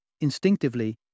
Instinctively